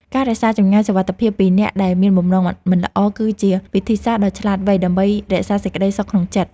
ការរក្សាចម្ងាយសុវត្ថិភាពពីអ្នកដែលមានបំណងមិនល្អគឺជាវិធីសាស្ត្រដ៏ឆ្លាតវៃដើម្បីរក្សាសេចក្តីសុខក្នុងចិត្ត។